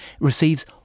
receives